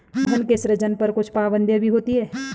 धन के सृजन पर कुछ पाबंदियाँ भी होती हैं